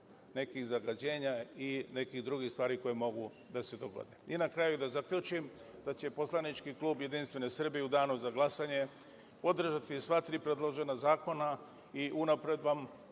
nekih zagađenja i nekih drugih stvari koje mogu da se dogode.I na kraju da zaključim da će poslanički klub Jedinstvene Srbije u danu za glasanju podržati sva tri predložena zakona i unapred vam